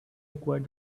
acquired